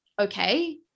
okay